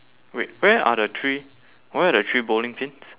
wait where are the three where are the three bowling pins